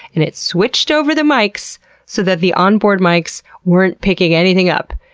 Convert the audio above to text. and it switched over the mics so that the onboard mics weren't picking anything up.